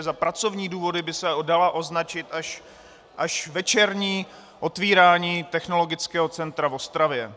Za pracovní důvody by se dalo označit až večerní otvírání Technologického centra v Ostravě.